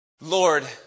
Lord